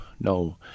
no